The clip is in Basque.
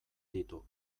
ditu